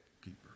keeper